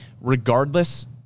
Regardless